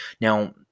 Now